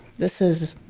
this is,